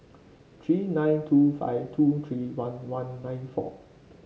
three nine two five two three one one nine four